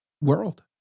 world